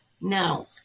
Now